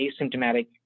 asymptomatic